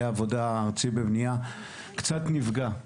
העבודה הארצי בבנייה אני קצת נפגע,